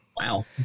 Wow